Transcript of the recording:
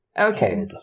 Okay